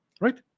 Right